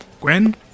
Gwen